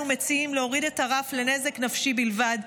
אנו מציעים להוריד את הרף לנזק נפשי בלבד,